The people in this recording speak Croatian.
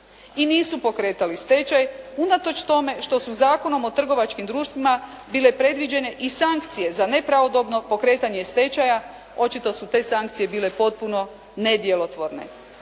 i nisu pokretali stečaj unatoč tome što su Zakonom o trgovačkim društvima bile predviđene i sankcije za nepravodobno pokretanje stečaja očito su te sankcije bile potpuno nedjelotvorne.